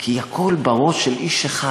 כי הכול בראש של איש אחד.